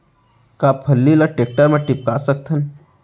का फल्ली ल टेकटर म टिपका सकथन?